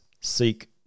seek